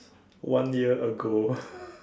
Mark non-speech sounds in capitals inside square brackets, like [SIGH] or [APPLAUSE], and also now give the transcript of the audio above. one year ago [LAUGHS]